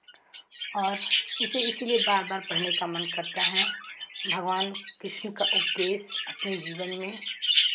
और इसे इसीलिए बार बार पढ़ने का मन करता है भगवान कृष्ण का उपदेश अपने जीवन में